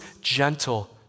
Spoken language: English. gentle